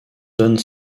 donne